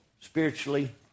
spiritually